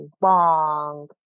long